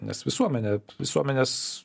nes visuomenė visuomenės